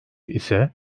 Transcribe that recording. ise